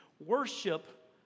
Worship